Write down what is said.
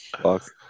Fuck